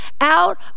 out